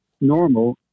normal